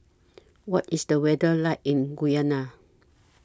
What IS The weather like in Guyana